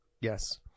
Yes